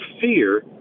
fear